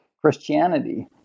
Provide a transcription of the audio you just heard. christianity